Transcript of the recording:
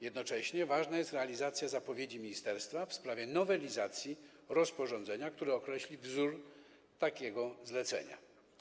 Jednocześnie ważna jest realizacja zapowiedzi ministerstwa w sprawie nowelizacji rozporządzenia, które określi wzór takiego zlecenia.